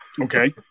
Okay